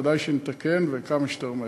ודאי שנתקן וכמה שיותר מהר.